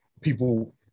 people